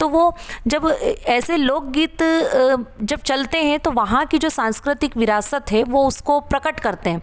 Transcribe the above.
तो वो जब ऐसे लोक गीत जब चलते हैं तो वहाँ की संस्कृतिक विरासत है वो उसको प्रकट करते हैं